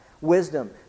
Wisdom